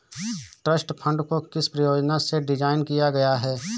Trust fund को किस प्रयोजन से डिज़ाइन किया गया है?